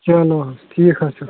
چلو حظ ٹھیٖک حظ چھُ